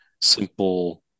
simple